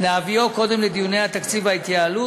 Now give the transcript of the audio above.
להביאו קודם לדיוני התקציב וההתייעלות